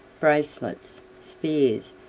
bracelets, spears,